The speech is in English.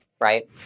right